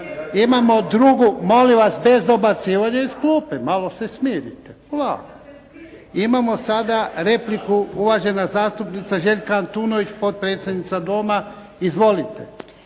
Imamo drugu, molim vas, bez dobacivanja iz klupe. Malo se smirite, polako. Imamo sada repliku, uvažena zastupnica Željka Antunović, potpredsjednica Doma, izvolite.